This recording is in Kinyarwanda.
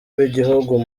w’igihugu